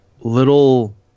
little